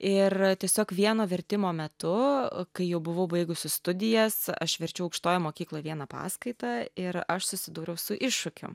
ir tiesiog vieno vertimo metu kai jau buvau baigusi studijas aš verčiau aukštojoj mokykloj vieną paskaitą ir aš susidūriau su iššūkiu